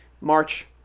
March